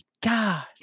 God